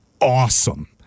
awesome